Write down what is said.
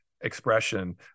expression